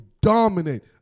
dominant